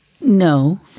No